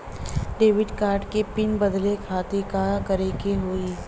Debit card क PIN बदले खातिर का करेके होई?